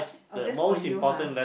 oh that's for you [huh]